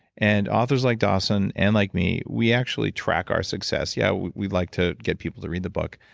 and authors like dawson, and like me, we actually track our success. yeah, we we like to get people to read the book,